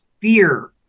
fear